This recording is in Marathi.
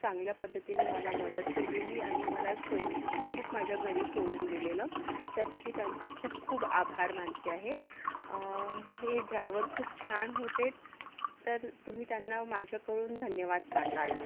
चांगल्या पद्धतीनी मला मदत केलेली आणि मला सो सुखरूप माझ्या घरी सोडून दिलेलं त्यासाठी त्यांचं खूप खूप आभार मानते आहे हे ड्रायव्हर खूप छान होते तर तुम्ही त्यांना माझ्याकडून धन्यवाद सांगाल